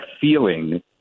feeling